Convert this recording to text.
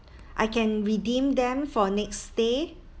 I can redeem them for next stay